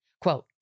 Quote